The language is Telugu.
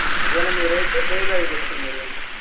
ఒకవేళ మీరు అయితే బెయిలు అవి పెట్టుకుందురు